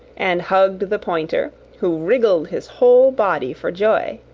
and hugged the pointer, who wriggled his whole body for joy.